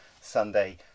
Sunday